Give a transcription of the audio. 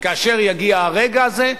וכאשר יגיע הרגע הזה,